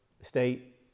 state